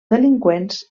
delinqüents